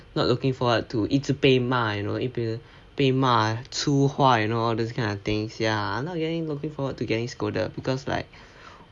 not looking forward to 一直被骂 you know 一边被骂粗话 you know all those kind of things ya I'm not really looking forward to getting scolded because like